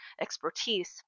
expertise